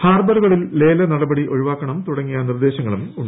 ഹാർബറുകളിൽ ലേല നടപടി ഒഴിവാക്കണം തുടങ്ങിയ നിർദ്ദേശങ്ങളുമുണ്ട്